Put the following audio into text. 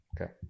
okay